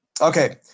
Okay